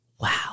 wow